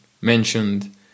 mentioned